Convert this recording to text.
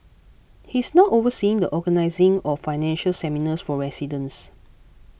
he is now overseeing the organising of financial seminars for residents